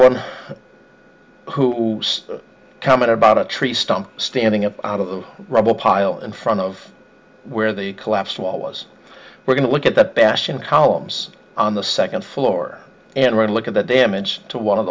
one who comment about a tree stump standing up out of the rubble pile in front of where the collapse was we're going to look at that bastion columns on the second floor and look at the damage to one of